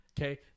Okay